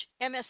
MS